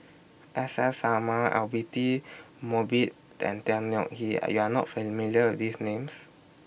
S S Sarma Abidi Mosbit and Tan Yeok Hee Are YOU Are not familiar with These Names